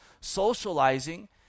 socializing